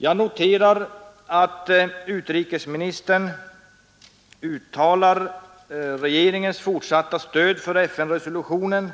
Jag noterar att utrikesministern uttalar regeringens fortsatta stöd för FN-resolutionen